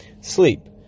sleep